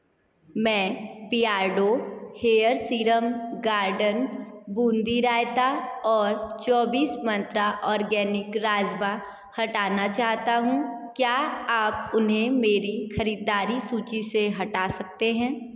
मैं पिआर्डो hair serum garden boondi raita और चौबीस मंत्रा ऑर्गेनिक राजबा हटाना चाहता हूँ क्या आप उन्हें मेरी खरीददारी सूची से हटा सकते हैं